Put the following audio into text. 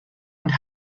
and